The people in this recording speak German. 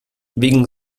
wegen